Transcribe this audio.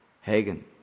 Hagen